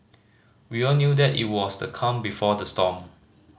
we all knew that it was the calm before the storm